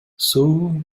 суу